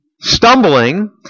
stumbling